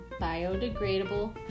biodegradable